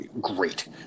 great